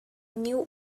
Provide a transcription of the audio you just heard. new